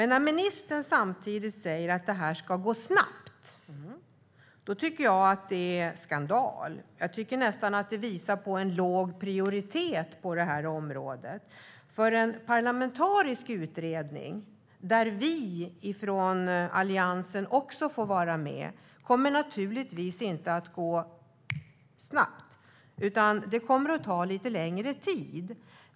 När ministern samtidigt säger att detta ska gå snabbt tycker jag dock att det är en skandal. Jag tycker nästan att det visar på låg prioritet på det här området. En parlamentarisk utredning där vi från Alliansen också får vara med kommer naturligtvis inte att gå snabbt, utan det kommer att ta lite längre tid.